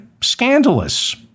scandalous